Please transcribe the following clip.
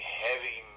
heavy